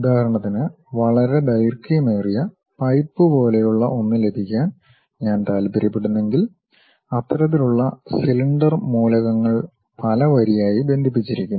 ഉദാഹരണത്തിന് വളരെ ദൈർഘ്യമേറിയ പൈപ്പ് പോലെയുള്ള ഒന്ന് ലഭിക്കാൻ ഞാൻ താൽപ്പര്യപ്പെടുന്നെങ്കിൽ അത്തരത്തിലുള്ള സിലിണ്ടർ മൂലകങ്ങൾ പല വരിയായി ബന്ധിപ്പിച്ചിരിക്കുന്നു